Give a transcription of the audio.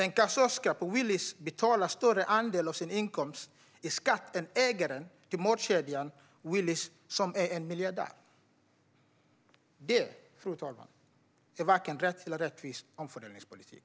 En kassörska på Willys betalar en större andel av sin inkomst i skatt än ägaren till matkedjan Willys, som är en miljardär. Fru talman! Det är varken rätt eller rättvis omfördelningspolitik.